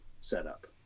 setup